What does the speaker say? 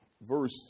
verse